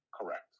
Correct